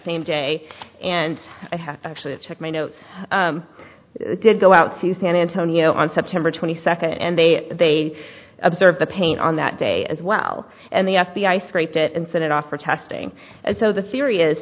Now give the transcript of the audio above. same day and i had actually check my notes did go out to san antonio on september twenty second and they observed the pain on that day as well and the f b i scraped it and set it off for testing and so the theory is